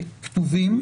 תהיינה